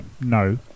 no